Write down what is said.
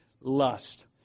lust